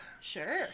Sure